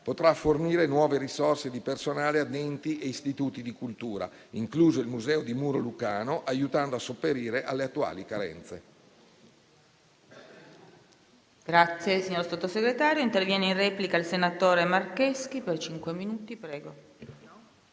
potrà fornire nuove risorse di personale a enti e istituti di cultura, incluso il museo di Muro Lucano, aiutando a sopperire alle attuali carenze.